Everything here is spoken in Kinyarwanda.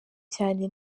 cyane